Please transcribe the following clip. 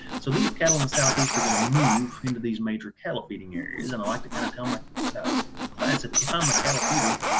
so these cattle in the southeast are going to move into these major cattle feeding areas and i like to kind of tell my classes, if i'm a cattle feeder